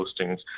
postings